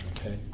Okay